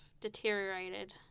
deteriorated